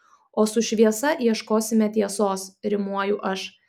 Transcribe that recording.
o su šviesa ieškosime tiesos rimuoju aš